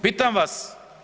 Pitam vas.